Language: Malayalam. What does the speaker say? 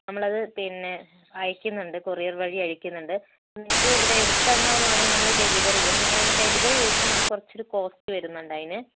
നമ്മൾ അത് പിന്നെ അയക്കുന്നുണ്ട് കൊറിയർ വഴി അയക്കുന്നുണ്ട് നിങ്ങൾക്ക് ഇവിടെ അടുത്ത് എങ്ങാനും ആണെങ്കിൽ നമ്മൾ ഡെലിവറി ചെയ്യും പിന്നെ ഇനി ഡെലിവറി ചെയ്യുമ്പോൾ നമുക്ക് കുറച്ച് ഒരു കോസ്റ്റ് വരുന്നുണ്ട് അതിന്